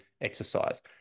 exercise